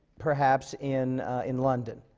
perhaps, in in london.